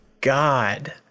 God